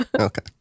Okay